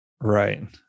Right